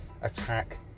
attack